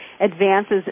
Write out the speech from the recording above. advances